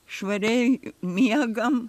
švariai miegam